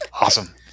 awesome